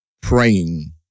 praying